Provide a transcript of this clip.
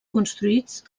construïts